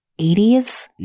80s